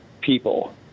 people